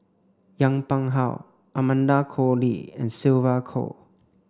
Yong Pung How Amanda Koe Lee and Sylvia Kho